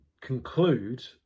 conclude